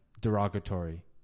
derogatory